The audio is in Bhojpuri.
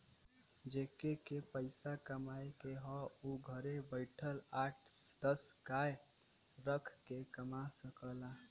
जेके के पइसा कमाए के हौ उ घरे बइठल आठ दस गाय रख के कमा सकला